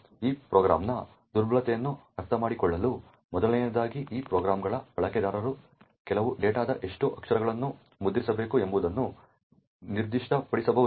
ಈ ಪ್ರೋಗ್ರಾಂನ ದುರ್ಬಲತೆಯನ್ನು ಅರ್ಥಮಾಡಿಕೊಳ್ಳಲು ಮೊದಲನೆಯದಾಗಿ ಈ ಪ್ರೋಗ್ರಾಂನ ಬಳಕೆದಾರರು ಕೆಲವು ಡೇಟಾದ ಎಷ್ಟು ಅಕ್ಷರಗಳನ್ನು ಮುದ್ರಿಸಬೇಕು ಎಂಬುದನ್ನು ನಿರ್ದಿಷ್ಟಪಡಿಸಬಹುದು